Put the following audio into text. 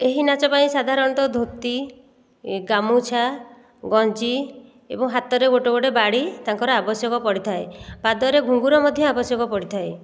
ଏହି ନାଚ ପାଇଁ ସାଧାରଣତଃ ଧୋତି ଗାମୁଛା ଗଞ୍ଜି ଏବଂ ହାତରେ ଗୋଟେ ଗୋଟେ ବାଡ଼ି ତାଙ୍କର ଆବଶ୍ୟକ ପଡ଼ିଥାଏ ପାଦରେ ଘୁଙ୍ଗୁର ମଧ୍ୟ ଆବଶ୍ୟକ ପଡ଼ିଥାଏ